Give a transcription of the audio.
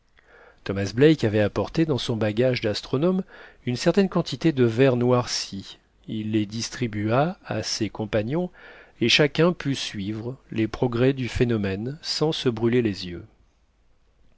thomas black avait apporté dans son bagage d'astronome une certaine quantité de verres noircis il les distribua à ses compagnons et chacun put suivre les progrès du phénomène sans se brûler les yeux